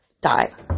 die